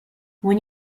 when